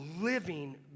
living